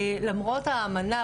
למרות האמנה,